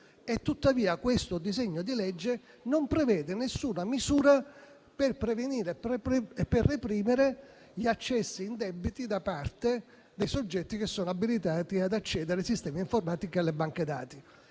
tuttavia il presente decreto-legge non preveda alcuna misura per prevenire e reprimere gli accessi indebiti da parte dei soggetti abilitati ad accedere ai sistemi informatici e alle banche dati.